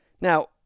Now